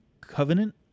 Covenant